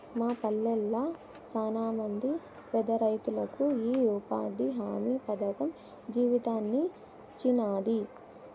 మా పల్లెళ్ళ శానమంది పేదరైతులకు ఈ ఉపాధి హామీ పథకం జీవితాన్నిచ్చినాది